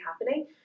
happening